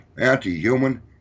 Anti-human